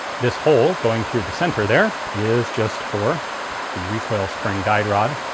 this hole going through the center. there is just for the recoil spring guide rod.